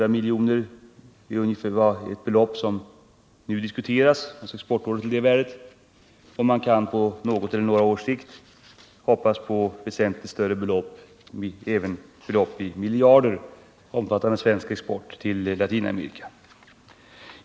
Man diskuterar nu exportorder på ett belopp av omkring 300 miljoner. Man kan på något eller några års sikt hoppas på väsentligt större belopp, även miljardbelopp, när det gäller svensk export till Latinamerika.